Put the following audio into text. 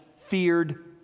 feared